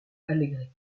alegre